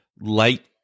light